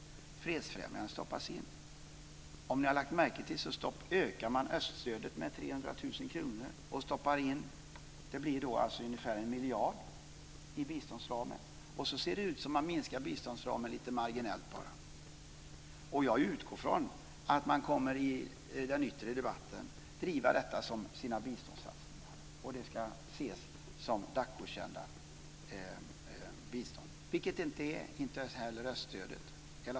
Fredsfrämjande stoppas in. Som ni kanske har lagt märke till ökar man öststödet med 300 000 kr och stoppar in det. Det blir alltså ungefär 1 miljard i biståndsramen. Så ser det ut som om minskar biståndsramen bara lite marginellt. Jag utgår från att man i den yttre debatten kommer att driva detta som sina biståndssatsningar som då ska ses som DAC-godkända bistånd - vilket de inte är, inte heller öststödet.